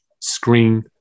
screen